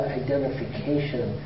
identification